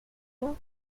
know